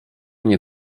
nie